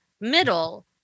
Middle